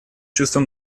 чувством